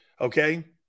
Okay